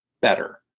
better